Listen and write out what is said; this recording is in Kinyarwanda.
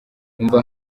umva